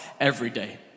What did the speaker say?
everyday